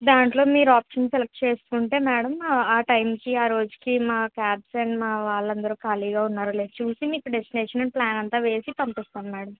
దాంట్లో మీరు option select చేసుకుంటే మేడం ఆ టైంకి ఆ రోజుకి మా క్యాబ్స్ అండ్ మా వాళ్ళందరూ ఖాళీగా ఉన్నారో లేదో చూసి మీకు డెస్టినేషన్ అండ్ ప్లాన్ అంతా వేసి పంపిస్తా మేడం